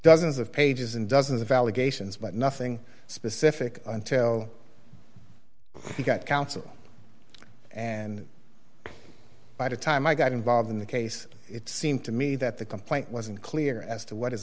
dozens of pages and dozens of allegations but nothing specific until he got counsel and by the time i got involved in the case it seemed to me that the complaint wasn't clear as to what his